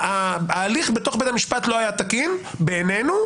ההליך בבית המשפט לא היה תקין בעינינו,